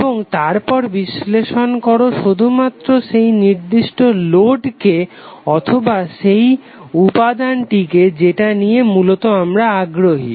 এবং তারপর বিশ্লেষণ করো শুধুমাত্র সেই নির্দিষ্ট লোডকে অথবা সেই উপাদানটিকে যেটা নিয়ে মূলত আমরা আগ্রহী